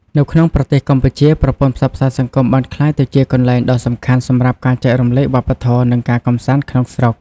នៅក្នុងប្រទេសកម្ពុជា ប្រព័ន្ធផ្សព្វផ្សាយសង្គមបានក្លាយទៅជាកន្លែងដ៏សំខាន់សម្រាប់ការចែករំលែកវប្បធម៌ និងការកម្សាន្តក្នុងស្រុក។